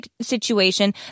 situation